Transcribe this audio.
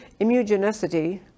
immunogenicity